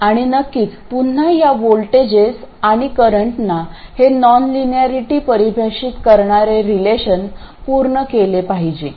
आणि नक्कीच पुन्हा या व्होल्टेजेस आणि करंटना हे नॉनलिनॅरिटी परिभाषित करणारे रेलेशन पूर्ण केले पाहिजे